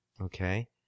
Okay